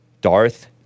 Darth